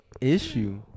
issue